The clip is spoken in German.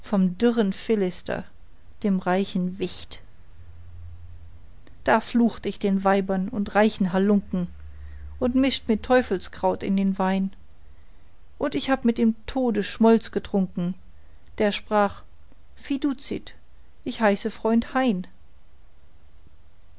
dürren philister dem reichen wicht da flucht ich den weibern und reichen halunken und mischte mir teufelskraut in den wein und hab mit dem tode smollis getrunken der sprach fiduzit ich heiße freund hein